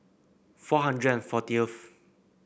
four hundred fourteen